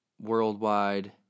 worldwide